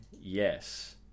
yes